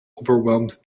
overwhelmed